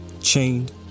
chained